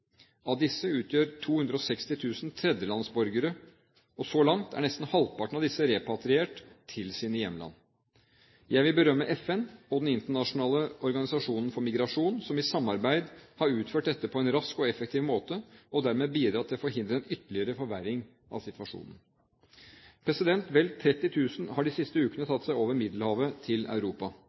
Av disse utgjør 260 000 tredjelandsborgere. Så langt er nesten halvparten av disse repatriert til sine hjemland. Jeg vil berømme FN og Den internasjonale organisasjonen for migrasjon, som i samarbeid har utført dette på en rask og effektiv måte, og dermed bidratt til å forhindre en ytterligere forverring av situasjonen. Vel 30 000 har de siste ukene tatt seg over Middelhavet til Europa.